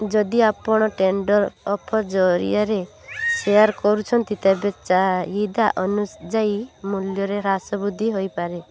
ଯଦି ଆପଣ tender offer ଜରିଆରେ ସେୟାର୍ କରୁଛନ୍ତି ତେବେ ଚାହିଦା ଅନୁଯାୟୀ ମୂଲ୍ୟରେ ହ୍ରାସବୃଦ୍ଧି ହେଇପାରେ